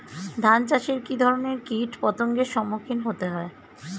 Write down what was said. ধান চাষে কী ধরনের কীট পতঙ্গের সম্মুখীন হতে হয়?